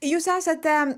jūs esate